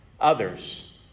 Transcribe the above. others